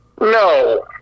No